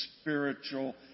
spiritual